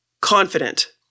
confident